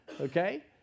Okay